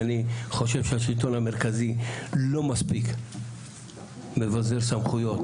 אני חושב שהשלטון המרכזי לא מספיק מבזר סמכויות,